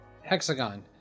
Hexagon